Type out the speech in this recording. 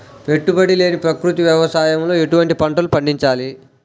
పెట్టుబడి లేని ప్రకృతి వ్యవసాయంలో ఎటువంటి పంటలు పండించాలి?